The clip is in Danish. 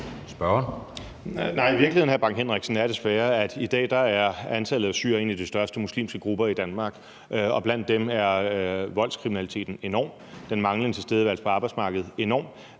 (DF): Nej, virkeligheden, hr. Preben Bang Henriksen, er desværre, at syrere i dag er en af de største muslimske grupper i Danmark, og blandt dem er voldskriminaliteten enorm, og den manglende tilstedeværelse på arbejdsmarkedet enorm.